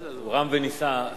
הוא רם ונישא.